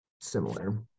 similar